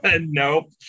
Nope